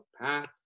path